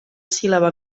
síl·laba